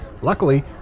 Luckily